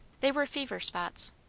they were fever-spots.